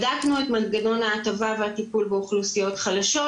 בדקנו את מנגנון ההטבה והטיפול באוכלוסיות חדשות,